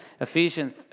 Ephesians